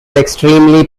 extremely